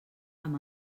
amb